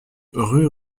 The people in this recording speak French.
rue